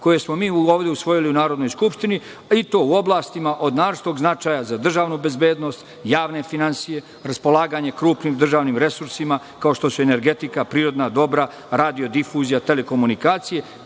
koje smo mi ovde usvojili u Narodnoj skupštini i to u oblastima od naročitog značaja za državnu bezbednost, javne finansije, raspolaganje krupnim državnim resursima, kao što su energetika prirodna dobra, radio-difuzija, telekomunikacije,